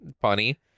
funny